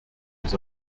vous